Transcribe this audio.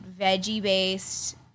veggie-based